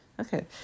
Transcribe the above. okay